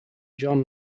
john